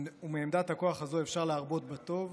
ומעמדת הכוח הזו אפשר להרבות בטוב,